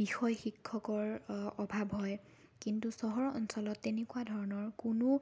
বিষয় শিক্ষকৰ অভাৱ হয় কিন্তু চহৰ অঞ্চলত তেনেকুৱা ধৰণৰ কোনো